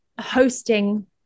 hosting